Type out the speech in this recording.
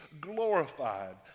glorified